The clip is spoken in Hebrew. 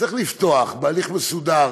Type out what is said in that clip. צריך לפתוח בהליך מסודר